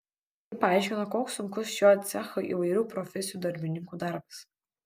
ji paaiškino koks sunkus šio cecho įvairių profesijų darbininkų darbas